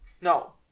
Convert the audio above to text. No